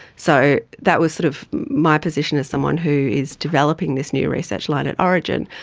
so that was sort of my position as someone who is developing this new research line at orygen,